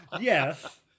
yes